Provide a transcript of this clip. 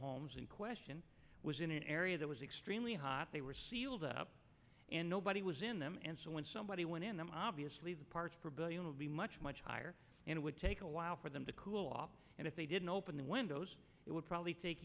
homes in question was in an area that was extremely hot they were sealed up and nobody was in them and so when somebody went in them obviously the parts per billion would be much much higher and it would take a while for them to cool off and if they didn't open the windows it would probably take